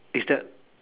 is that